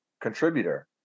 contributor